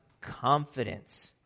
confidence